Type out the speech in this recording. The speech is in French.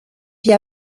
vit